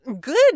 Good